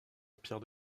pierre